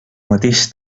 mateix